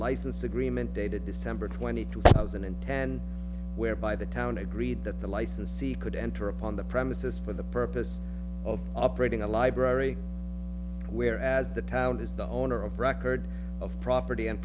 license agreement dated december twenty eighth two thousand and ten whereby the town agreed that the licensee could enter upon the premises for the purpose of operating a library whereas the town is the owner of record of property and